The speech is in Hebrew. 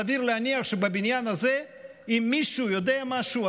אם מישהו יודע משהו,